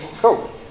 cool